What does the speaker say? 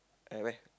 at where